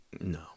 No